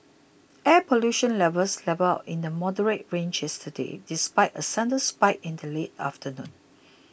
air pollution levels levelled out in the moderate range yesterday despite a sudden spike in the late afternoon